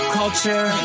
culture